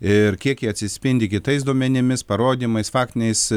ir kiek jie atsispindi kitais duomenimis parodymais faktiniais